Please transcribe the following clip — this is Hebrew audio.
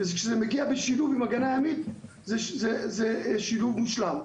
כשזה מגיע בשילוב עם הגנה ימית, זה שילוב מושלם.